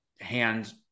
hands